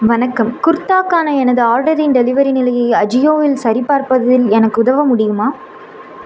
வணக்கம் குர்தாக்கான எனது ஆர்டரின் டெலிவரி நிலையை அஜியோவில் சரிபார்ப்பதில் எனக்கு உதவ முடியுமா